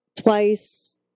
twice